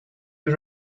you